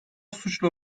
suçla